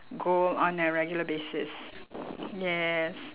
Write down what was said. gold on a regular basis yes